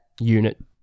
unit